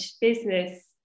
business